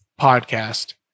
podcast